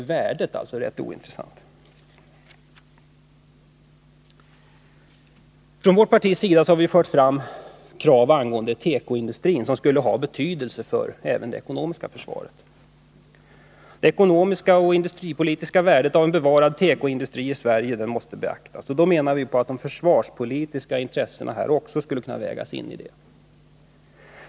Vårt parti har fört fram krav angående tekoindustrin som skulle ha betydelse även för det ekonomiska försvaret. Det ekonomiska och industripolitiska värdet av en bevarad tekoindustri i Sverige måste beaktas. Här skulle också de försvarspolitiska intressena kunna vägas in.